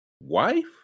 wife